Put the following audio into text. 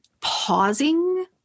pausing